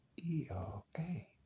E-O-A